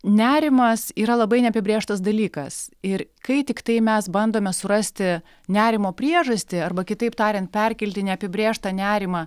nerimas yra labai neapibrėžtas dalykas ir kai tiktai mes bandome surasti nerimo priežastį arba kitaip tariant perkelti neapibrėžtą nerimą